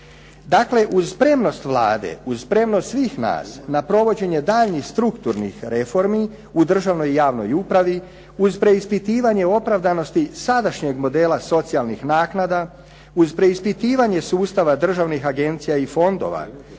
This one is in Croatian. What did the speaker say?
Dakle uz spremnost Vlade, uz spremnost svih nas na provođenje daljnjih strukturnih reformi u državnoj i javnoj upravi, uz preispitivanje opravdanosti sadašnjeg modela socijalnih naknada, uz preispitivanje sustava državnih agencija i fondova,